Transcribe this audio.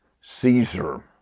Caesar